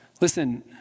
Listen